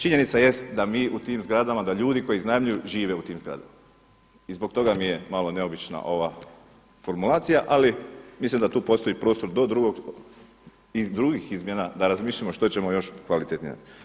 Činjenica jest da mi u tim zgradama, da ljudi koji iznajmljuju žive u tim zgradama i zbog toga mi je malo neobična ova formulacija, ali mislim da tu postoji prostor iz drugih izmjena da razmišljamo što ćemo još kvalitetnije.